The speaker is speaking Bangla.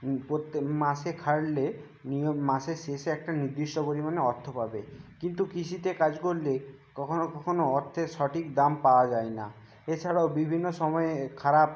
প্রত্যেক মাসে খাটলে নিয়ম মাসের শেষে একটা নির্দিষ্ট পরিমাণে অর্থ পাবে কিন্তু কৃষিতে কাজ করলে কখনো কখনো অর্থের সঠিক দাম পাওয়া যায় না এছাড়াও বিভিন্ন সময়ে খারাপ